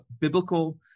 biblical